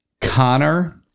Connor